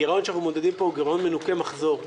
הגרעון שאנחנו מודדים פה הוא גרעון מנוכה מחזור.